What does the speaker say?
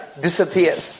disappears